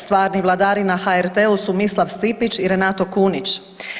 Stvarni vladari na HRT-u su Mislav Stipić i Renato Kunić.